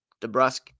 DeBrusque